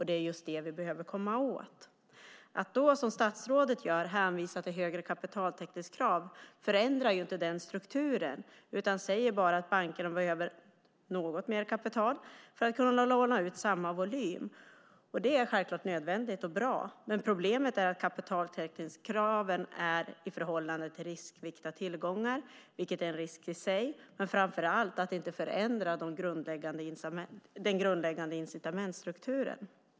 Det är just detta vi behöver komma åt. Att då som statsrådet gör hänvisa till högre kapitaltäckningskrav förändrar inte denna struktur utan säger bara att bankerna behöver något mer kapital för att kunna låna ut samma volym. Det är självklart nödvändigt och bra. Problemet är dock att kapitaltäckningskraven är i förhållande till riskviktade tillgångar, vilket är en risk i sig, men framför allt att det inte förändrar den grundläggande incitamentsstrukturen.